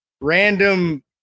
random